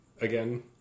again